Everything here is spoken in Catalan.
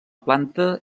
planta